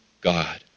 God